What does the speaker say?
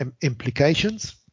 implications